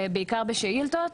בעיקר בשאילתות,